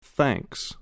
Thanks